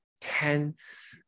tense